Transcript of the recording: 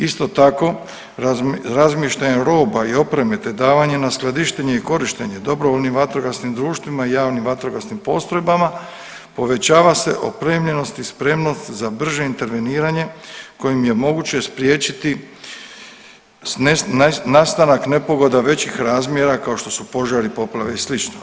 Isto tako razmještajem roba i opreme te davanje na skladištenje i korištenje dobrovoljnim vatrogasnim društvima i javnim vatrogasnim postrojbama povećava se opremljenost i spremnost za brže interveniranje kojim je moguće spriječiti nastanak nepogoda većih razmjera kao što su požari, poplave i slično.